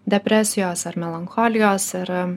depresijos ar melancholijos ir